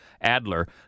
Adler